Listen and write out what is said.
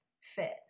fit